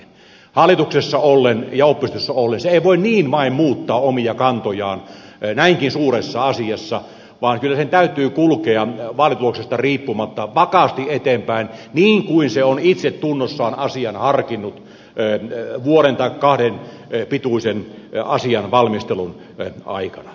hallituksessa ollen ja oppositiossa ollen se ei voi niin vain muuttaa omia kantojaan näinkin suuressa asiassa vaan kyllä sen täytyy kulkea vaalituloksesta riippumatta vakaasti eteenpäin niin kuin se on itsetunnossaan asian harkinnut vuoden tai kahden pituisen asian valmistelun aikana